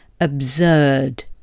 Absurd